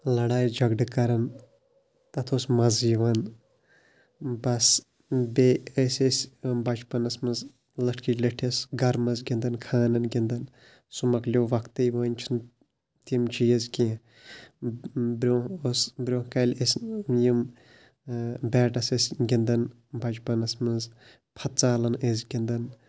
لڑایہِ جگڑٕ کَران تَتھ اوس مَزٕ یِوان بَس بیٚیہِ ٲسۍ أسۍ بَچپنَس منٛز لٔٹھکھی لٔٹھِس گرٕ منٛز گِنٛدان خانَن گِنٛدان سُہ مۄکلیو وقتٕے وۄنۍ چھِنہٕ تِم چیٖز کینٛہہ برٛونٛہہ اوس برٛونٛہہ کالہِ أسۍ یِم بیٹس ٲسۍ گِنٛدان بَچپنَس منٛز پھتژالَن ٲسۍ گِنٛدان